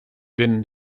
been